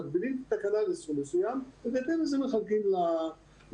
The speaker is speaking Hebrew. מגבילים את התקנה לסכום מסוים ובהתאם לזה מחלקים לילדים.